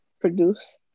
produce